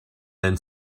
then